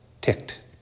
ticked